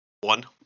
One